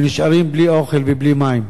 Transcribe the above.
ונשארים בלי אוכל ובלי מים.